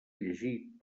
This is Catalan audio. llegit